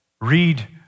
read